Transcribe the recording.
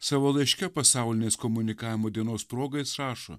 savo laiške pasaulinės komunikavimo dienos proga jis rašo